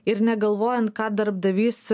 ir negalvojant ką darbdavys